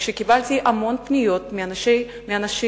קיבלתי המון פניות מאנשים,